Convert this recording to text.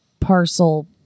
parcel